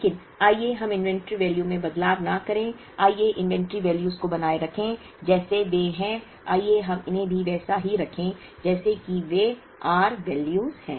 लेकिन आइए हम इन्वेंट्री वैल्यू में बदलाव न करें आइए इन्वेंट्री वैल्यूज को बनाए रखें जैसे वे हैं आइए हम इन्हें भी वैसा ही रखें जैसा कि वे r वैल्यूज हैं